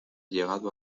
llegado